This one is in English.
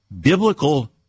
biblical